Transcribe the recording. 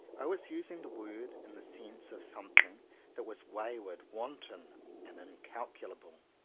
i was using the word in the sense of something that was way ward, wanton and incalculable,